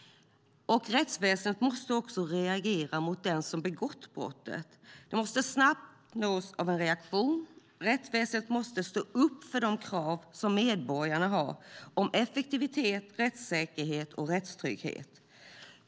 Rättsväsendet måste också reagera mot den som begått brottet, som snabbt måste nås av en reaktion. Rättsväsendet måste stå upp för medborgarnas krav på effektivitet, rättssäkerhet och rättstrygghet.